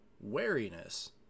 wariness